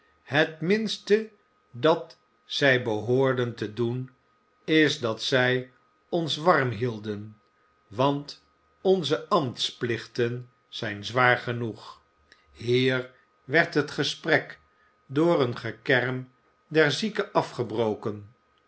het minste dat zij behoorden te doen is dat zij ons warm hielden want onze ambtsplichten zijn zwaar genoeg hier werd het gesprek door een gekerm der zieke afgebroken